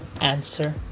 answer